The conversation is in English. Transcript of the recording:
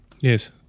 Yes